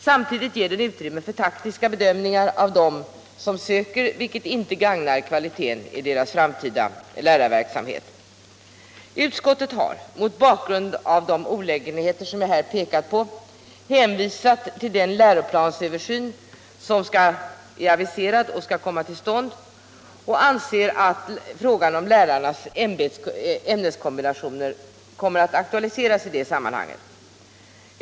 Samtidigt ger den utrymme för taktiska bedömningar av dem som söker, vilket inte gagnar kvaliteten i deras framtida lärarverksamhet. Utskottet har mot bakgrund av de olägenheter som jag nu har pekat på hänvisat till den läroplansöversyn som är aviserad och skall komma till stånd och anser att frågan om lärarnas ämneskombinationer kommer att aktualiseras i det sammanhanget.